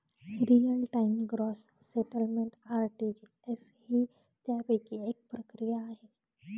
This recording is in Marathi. real time gross settlement RTGS ही त्यापैकी एक प्रक्रिया आहे